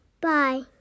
Bye